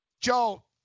Joe